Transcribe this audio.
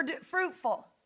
fruitful